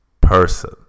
person